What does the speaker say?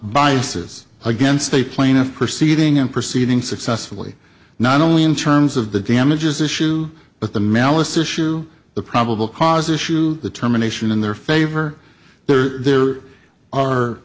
biases against a plaintiff proceeding and proceeding successfully not only in terms of the damages issue but the malice issue the probable cause issue the terminations in their favor there are there are